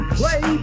play